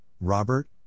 Robert